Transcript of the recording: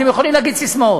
אתם יכולים להגיד ססמאות.